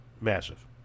Massive